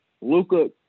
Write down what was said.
Luca